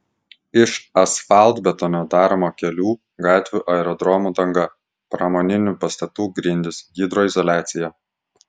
iš asfaltbetonio daroma kelių gatvių aerodromų danga pramoninių pastatų grindys hidroizoliacija